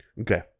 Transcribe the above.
Okay